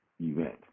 event